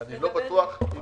אני לא בטוח אם